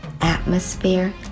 atmosphere